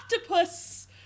octopus